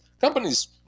Companies